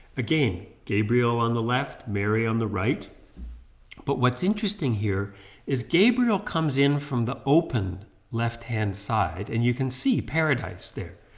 again gabriel on the left, mary on the right but what's interesting here is gabriel comes in from the open left hand side and you can see paradise there.